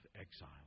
exile